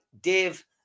Dave